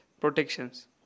protections